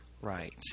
Right